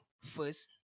first